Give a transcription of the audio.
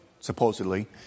supposedly